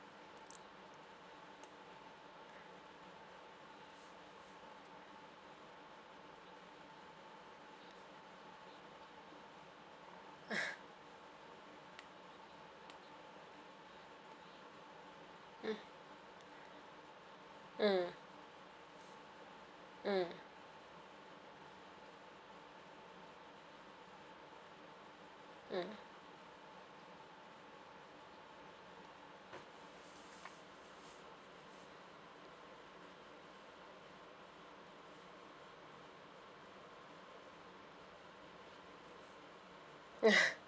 mm mm mm mm